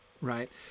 Right